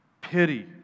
Pity